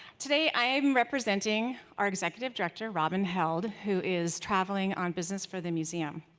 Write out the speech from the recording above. today, i am representing our executive director robin held who is traveling on business for the museum.